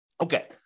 Okay